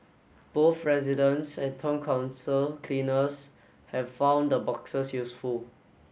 both residents and Town Council cleaners have found the boxes useful